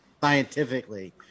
Scientifically